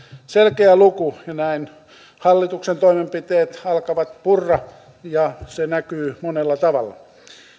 selkeä luku ja näin hallituksen toimenpiteet alkavat purra ja se näkyy monella tavalla